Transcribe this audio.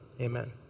Amen